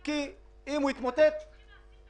כי אני מקבלת על זה המון פניות,